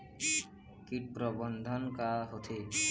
कीट प्रबंधन का होथे?